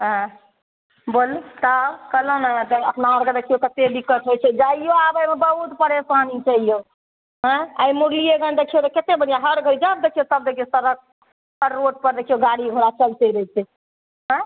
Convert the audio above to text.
हँ बोल तब कहलहुँ ने तऽ अपना अरके देखियौ कते दिक्कत होइ छै जाइयो आबयमे बहुत परेशानी छै यौ हँ आइ मुरलीयेगंज देखियौ तऽ कते बढ़िआँ हर जब देखियौ तब देखियौ सड़क हर रोडपर देखियौ गाड़ी घोड़ा चइलते रहै छै ऐ